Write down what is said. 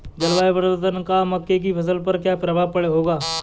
जलवायु परिवर्तन का मक्के की फसल पर क्या प्रभाव होगा?